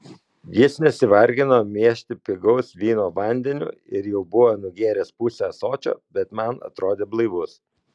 jis nesivargino miešti pigaus vyno vandeniu ir jau buvo nugėręs pusę ąsočio bet man atrodė blaivus